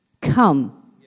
come